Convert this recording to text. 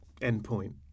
endpoint